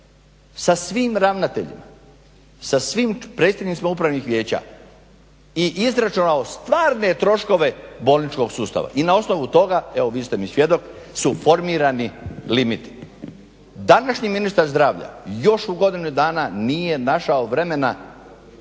sa svim ravnateljima, sa svim predstavnicima upravnih vijeća i izračunao stvarne troškove bolničkog sustava i na osnovu toga, evo vi ste mi svjedok, su formirani limiti. Današnji ministar zdravlja još u godinu dana nije našao vremena